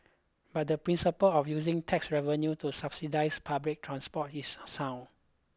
but the principle of using tax revenue to subsidise public transport is sound